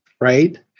Right